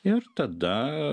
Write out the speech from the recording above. ir tada